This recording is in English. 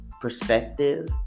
perspective